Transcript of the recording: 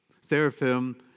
Seraphim